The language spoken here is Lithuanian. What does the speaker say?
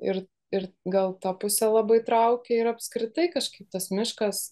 ir ir gal tą pusę labai traukia ir apskritai kažkaip tas miškas